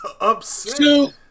upset